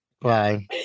Bye